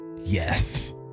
Yes